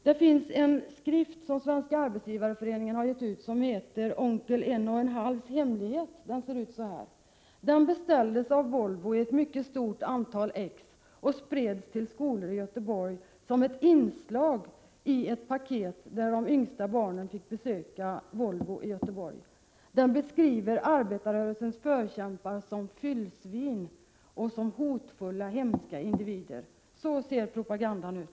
Det finns en skrift som Svenska arbetsgivareföreningen har gett ut och som heter Onkel Enokenhalvs Hemlighet. Jag kan här visa hur den ser ut. Skriften beställdes av Volvo i ett mycket stort antal exemplar och spreds på skolor i Göteborg som ett inslag i ett läromedelspaket. De yngsta barnen fick t.ex. besöka Volvo i Göteborg. I skriften beskrivs arbetarrörelsens förkämpar som fyllsvin och hotfulla, hemska individer. Så ser propagandan ut!